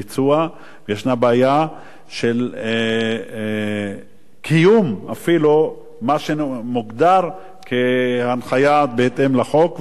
יש בעיה של קיום אפילו מה שמוגדר כהנחיה בהתאם לחוק והתחייבות ממשלתית,